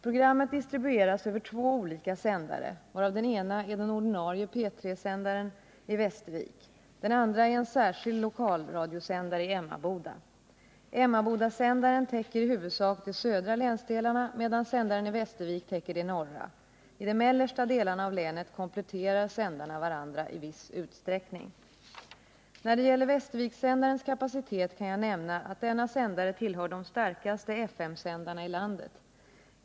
Programmet distribueras över två olika sändare, varav den ena är den ordinarie P 3-sändaren i Västervik. Den andra är en särskild lokalradiosändare i Emmaboda. Emmabodasändaren täcker i huvudsak de södra länsdelarna medan sändaren i Västervik täcker de norra. I 23 de mellersta delarna av länet kompletterar sändarna varandra i viss utsträckning. När det gäller Västervikssändarens kapacitet kan jag nämna att denna sändare tillhör de starkaste FM-sändarna i landet.